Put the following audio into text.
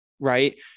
Right